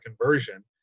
conversion